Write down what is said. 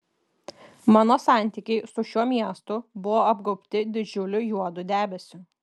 mano santykiai su šiuo miestu buvo apgaubti didžiuliu juodu debesiu